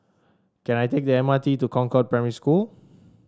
can I take the M R T to Concord Primary School